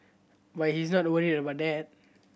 but he's not worried about that